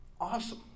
awesome